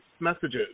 messages